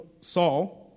Saul